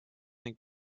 ning